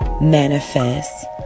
manifest